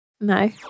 No